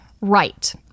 Right